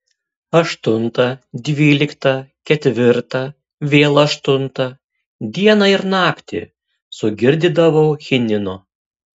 aštuntą dvyliktą ketvirtą vėl aštuntą dieną ir naktį sugirdydavau chinino